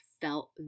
felt